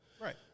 Right